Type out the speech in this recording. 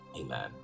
amen